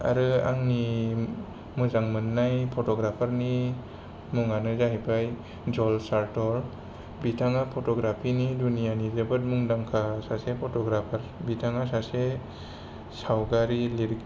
आरो आंनि मोजां मोननाय फट'ग्राफारनि मुङानो जाहैबाय जल चारतर बिथाङा फट'ग्राफिनि दुनियानि जोबोर मुंदांखा सासे फट'ग्राफार बिथाङा सासे सावगारि लिर